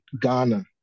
Ghana